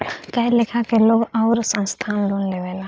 कए लेखा के लोग आउर संस्थान लोन लेवेला